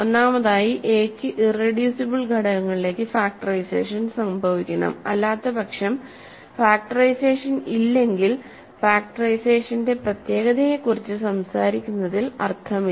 ഒന്നാമതായി എ ക്കു ഇറെഡ്യൂസിബിൾ ഘടകങ്ങളിലേക്ക് ഫാക്ടറൈസേഷൻ സംഭവിക്കണം അല്ലാത്തപക്ഷം ഫാക്ടറൈസേഷൻ ഇല്ലെങ്കിൽ ഫാക്ടറൈസേഷന്റെ പ്രത്യേകതയെക്കുറിച്ച് സംസാരിക്കുന്നതിൽ അർത്ഥമില്ല